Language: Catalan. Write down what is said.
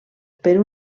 per